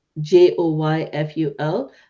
joyful